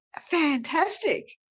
fantastic